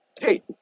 hey